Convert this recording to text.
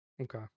okay